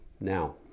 Now